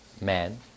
man